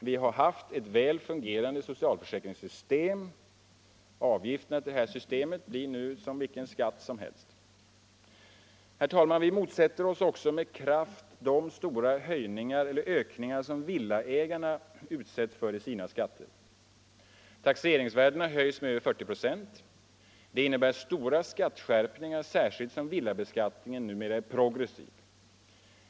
Vi har haft ett väl fungerande socialförsäkringssystem. Avgifterna till detta system blir nu som vilken skatt som helst. Herr talman! Vi motsätter oss också med kraft de stora ökningar av skatterna som villaägarna utsätts för. Taxeringsvärdena höjs med över 40 procent. Det innebär stora skatteskärpningar, särskilt som villabeskattningen numera är progressiv.